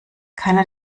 keiner